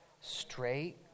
Straight